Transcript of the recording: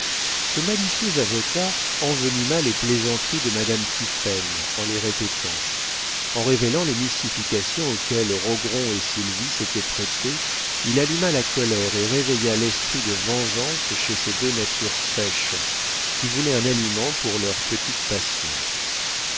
ce malicieux avocat envenima les plaisanteries de madame tiphaine en les répétant en révélant les mystifications auxquelles rogron et sylvie s'étaient prêtés il alluma la colère et réveilla l'esprit de vengeance chez ces deux natures sèches qui voulaient un aliment pour leurs petites passions